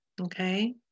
Okay